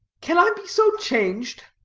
can i be so changed?